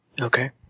Okay